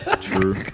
True